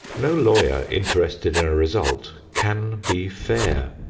no lawyer interested in a result can be fair.